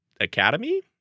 academy